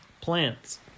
Plants